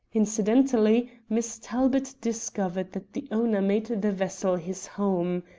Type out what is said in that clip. incidentally miss talbot discovered that the owner made the vessel his home.